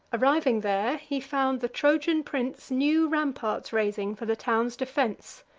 arriving there, he found the trojan prince new ramparts raising for the town's defense.